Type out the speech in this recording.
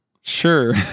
Sure